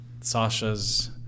Sasha's